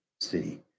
city